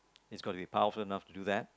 it's gotta be powerful enough to do that